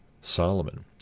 Solomon